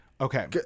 Okay